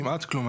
כמעט כלום.